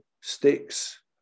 sticks